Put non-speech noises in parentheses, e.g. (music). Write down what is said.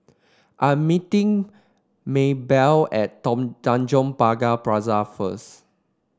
I'm meeting Maebell at (unintelligible) Tanjong Pagar Plaza first